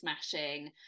smashing